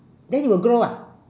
then it will grow ah